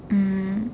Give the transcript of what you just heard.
um